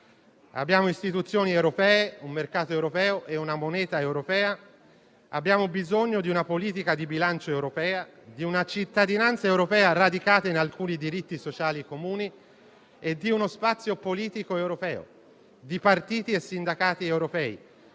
Abbiamo istituzioni europee, un mercato europeo e una moneta europea; abbiamo bisogno di una politica di bilancio europea, di una cittadinanza europea radicata in alcuni diritti sociali comuni e di uno spazio politico europeo, di partiti e sindacati europei,